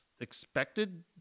expected